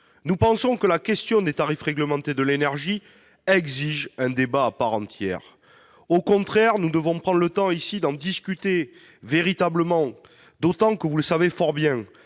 nous pensons que la question des tarifs réglementés de l'énergie exige un débat à part entière. Nous devons prendre le temps ici d'en discuter véritablement, d'autant que- vous le savez fort bien